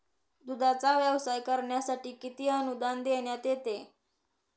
दूधाचा व्यवसाय करण्यासाठी किती अनुदान देण्यात येते?